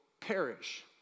perish